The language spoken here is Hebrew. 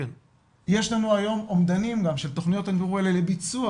יש לנו היום אומדנים גם של תכניות התמרור האלה לביצוע,